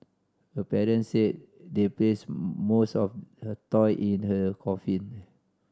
her parents said they placed most of her toy in her coffin